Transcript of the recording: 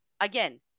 again